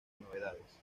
novedades